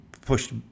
pushed